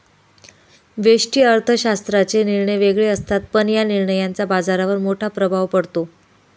व्यष्टि अर्थशास्त्राचे निर्णय वेगळे असतात, पण या निर्णयांचा बाजारावर मोठा प्रभाव पडतो